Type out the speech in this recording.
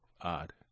odd